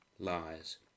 lies